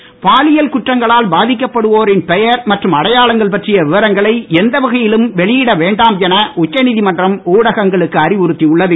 நீதிமன்றம் பாலியல் குற்றங்களால் பாதிக்கப்படுவோரின் பெயர் மற்றும் அடையாளங்கள் பற்றிய விவரங்களை எந்த வகையிலும் வெளியிட வேண்டாம் என உச்சநீதிமன்றம் ஊடகங்களுக்கு அறிவுறுத்தி உள்ளது